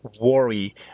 worry